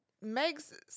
Meg's